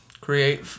create